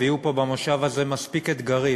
ויהיו פה במושב הזה מספיק אתגרים